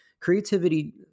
Creativity